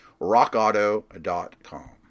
RockAuto.com